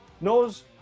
knows